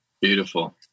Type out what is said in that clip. Beautiful